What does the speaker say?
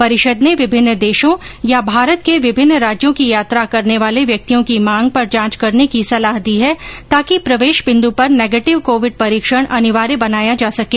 परिषद ने विभिन्न देशों या भारत के विभिन्न राज्यों की यात्रा करने वाले व्यक्तियों की मांग पर जांच करने की सलाह दी है ताकि प्रवेश बिंद् पर नेगेटिव कोविड परीक्षण अनिवार्य बनाया जा सके